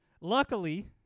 Luckily